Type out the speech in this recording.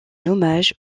hommage